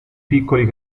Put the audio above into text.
piccoli